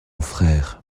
frère